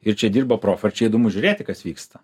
ir čia dirba profai ir čia įdomu žiūrėti kas vyksta